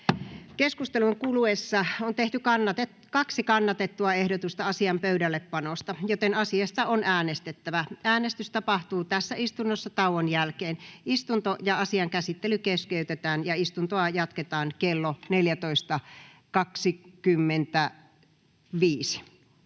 Keskustelun kuluessa on tehty kaksi kannatettua ehdotusta asian pöydällepanosta, joten asiasta on äänestettävä. Äänestys tapahtuu tässä istunnossa tauon jälkeen. Istunto ja asian käsittely keskeytetään ja istuntoa jatketaan kello 14.25.